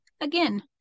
Again